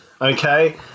okay